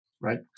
right